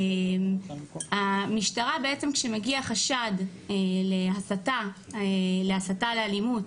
המשטרה בעצם כשמגיע חשד להסתה לאלימות,